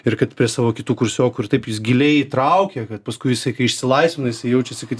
ir kad prie savo kitų kursiokų ir taip jis giliai įtraukia bet paskui jisai kai išsilaisvina jisai jaučiasi kad